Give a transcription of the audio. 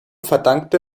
verdankte